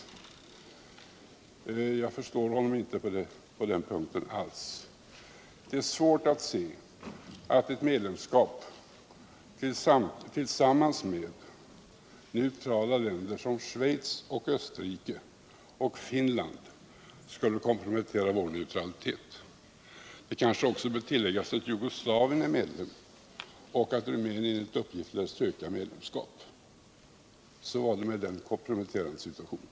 Jag förstår honom inte alls på den punkten. Det är svårt att se att ett medlemskap tillsammans med neutrala länder som Schweiz, Österrike och Finland skulle kompromettera vår neutralitet. Det kanske också bör tilläggas att Jugoslavien är medlem och att Rumänien enligt uppgift lär söka medlemskap. Så var det med den komprometterande situationen.